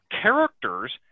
characters